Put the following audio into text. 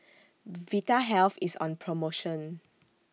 Vitahealth IS on promotion